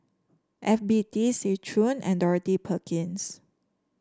F B T Seng Choon and Dorothy Perkins